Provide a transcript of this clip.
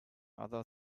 other